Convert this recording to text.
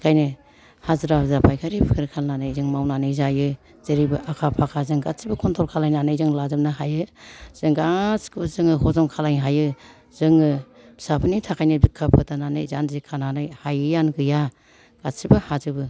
बेखायनो हाजिरा हुजिरा फायखारि फुइखारि खालामनानै जों मावनानै जायो जेरैबो आखा फाखा जों गासिबो कनट्रल खालामनानै लाजोबनो हायो जों गासिखौबो जोङो हजम खालामनो हायो जोङो फिसाफोरनि थाखायनो बिखा फोरदाननानै जानजि खानानै हायैआनो गैया गासिबो हाजोबो